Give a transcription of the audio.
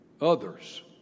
Others